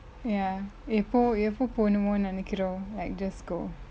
ya எப்பொ எப்பொ போனுமொ நெனைகுரொ:yeppo yeppo ponumo nenaikuro like just go